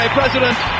president